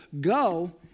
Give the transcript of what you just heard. go